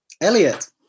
Elliot